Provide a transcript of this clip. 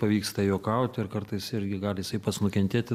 pavyksta juokauti ir kartais irgi gali jisai pats nukentėti